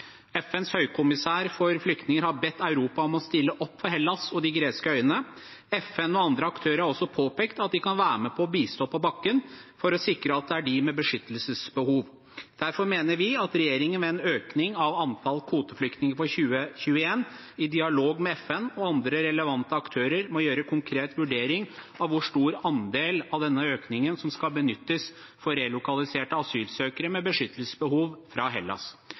FNs høykommissær for flyktninger har bedt Europa om å stille opp for Hellas og de greske øyene. FN og andre aktører har også påpekt at de kan være med og bistå på bakken for å sikre at det er de med beskyttelsesbehov som får hjelp. Derfor mener vi at regjeringen med en økning i antall kvoteflyktninger i 2021 i dialog med FN og andre relevante aktører må gjøre en konkret vurdering av hvor stor andel av denne økningen som skal benyttes for relokaliserte asylsøkere med beskyttelsesbehov fra Hellas.